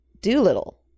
Doolittle